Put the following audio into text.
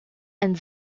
and